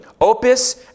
Opus